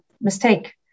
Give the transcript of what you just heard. mistake